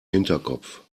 hinterkopf